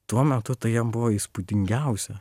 tuo metu tai jam buvo įspūdingiausia